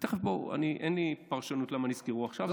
אין לי פרשנות ללמה נזכרו עכשיו.